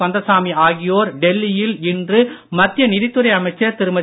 கந்தசாமி ஆகியோர் டெல்லியில் இன்று மத்திய நிதித் துறை அமைச்சர் திருமதி